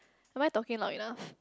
am I talking loud enough